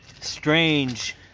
strange